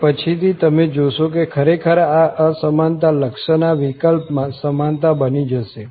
અને પછીથી તમે જોશો કે ખરેખર આ અસમાનતા લક્ષના વિકલ્પમાં સમાનતા બની જશે